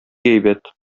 әйбәт